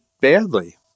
badly